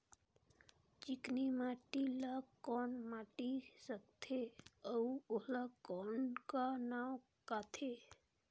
चिकनी माटी ला कौन माटी सकथे अउ ओला कौन का नाव काथे?